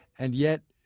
and yet,